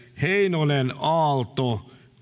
heinonen aalto